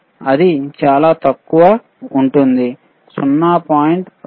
ఇది చాలా తక్కువ ఉంటుంది 0